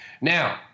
now